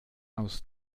aus